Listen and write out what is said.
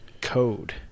code